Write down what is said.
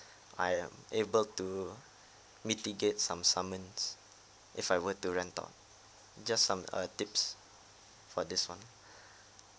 I am able to mitigate some summons if I were to rent out just some uh tips for this one